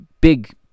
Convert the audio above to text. big